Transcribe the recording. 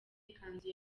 ikanzu